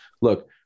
look